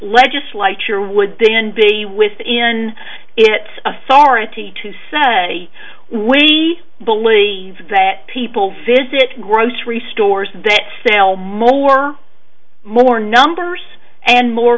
legislature would then be within it authority to say we believe that people visit grocery stores they sell more more numbers and more